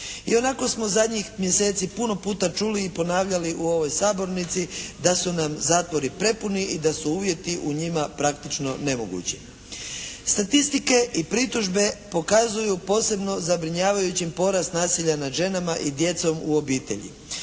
Ionako smo zadnjih mjeseci puno puta čuli i ponavljali u ovoj sabornici da su nam zatvori prepuni i da su uvjeti u njima praktično nemogući. Statistike i pritužbe pokazuju posebno zabrinjavajućim porast nasilja nad ženama i djecom u obitelji.